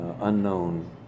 unknown